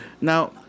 Now